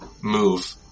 move